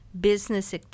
business